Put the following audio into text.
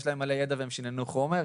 יש להם מלא ידע והם שיננו חומר,